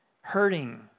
hurting